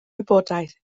wybodaeth